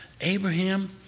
Abraham